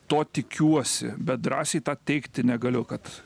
to tikiuosi bet drąsiai teigti negaliu kad